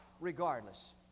regardless